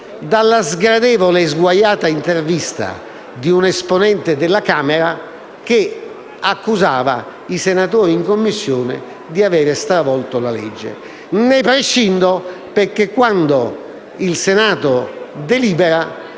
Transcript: dalla sgradevole e sguaiata intervista di un esponente della Camera che accusava i senatori in Commissione di avere stravolto la legge. Ne prescindo perché quando il Senato delibera